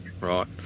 Right